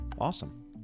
Awesome